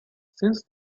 since